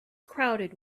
crowded